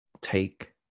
take